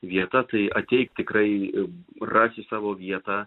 vieta tai ateik tikrai rasi savo vietą